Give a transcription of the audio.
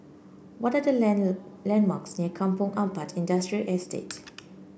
what are the landmarks near Kampong Ampat Industrial Estate